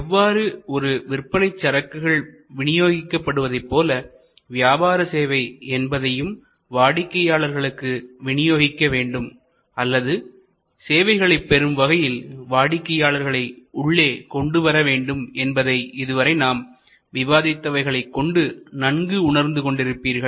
எவ்வாறு ஒரு விற்பனைப் சரக்குகள் வினியோகிக்கப்படுவதைப்போல வியாபார சேவை என்பதையும் வாடிக்கையாளர்களுக்கு விநியோகிக்க வேண்டும் அல்லது சேவைகளை பெறும் வகையில் வாடிக்கையாளர்களை உள்ளே கொண்டுவர வேண்டும் என்பதை இதுவரை நாம் விவாதித்தவைகளை கொண்டு நன்கு உணர்ந்து கொண்டு இருப்பீர்கள்